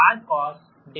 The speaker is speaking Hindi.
VR